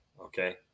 okay